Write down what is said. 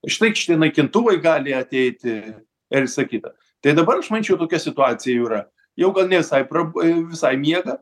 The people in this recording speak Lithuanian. už tai šitie naikintuvai gali ateiti ir visa kita tai dabar aš manyčiau tokia situacija jau yra jau ne visai prab visai miega